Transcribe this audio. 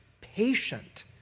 patient